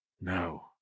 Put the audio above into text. No